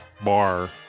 bar